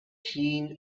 jean